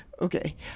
Okay